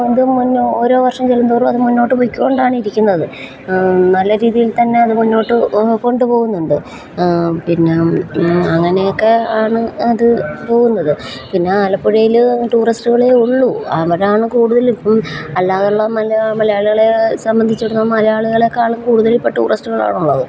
അത് മുന്നോ ഓരോ വർഷം ചൊല്ലുന്തോറുമത് മുന്നോട്ട് പോയിക്കൊണ്ടാണിരിക്കുന്നത് നല്ല രീതിയിൽത്തന്നെ അത് മുന്നോട്ട് കൊണ്ടുപോകുന്നുണ്ട് പിന്നെ അങ്ങനെയൊക്കെയാണ് അത് പോകുന്നത് പിന്നെ ആലപ്പുഴയിൽ ടൂറിസ്റ്റുകളേ ഉളളൂ അവരാണ് കൂടുതലും ഇപ്പം അല്ലാതെയുള്ള മലയാളി മലയാളികളെ സംബന്ധിച്ചിടത്തോളം മലയാളികളേക്കാളും കൂടുതലിപ്പം ടൂറിസ്റ്റുകളാണുള്ളത്